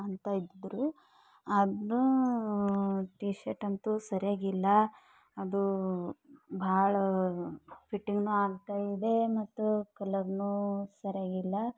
ಅಂತ ಇದ್ದರು ಅದು ಟೀ ಶರ್ಟ್ ಅಂತು ಸರಿಯಾಗಿ ಇಲ್ಲ ಅದು ಬಹಳ ಫಿಟ್ಟಿಂಗ್ನು ಆಗ್ತಾಯಿದೆ ಮತ್ತ್ ಕಲರ್ನೂ ಸರಿಯಾಗಿಲ್ಲ